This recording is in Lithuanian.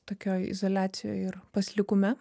tokioj izoliacijoj ir paslikume